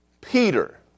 Peter